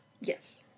Yes